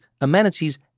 amenities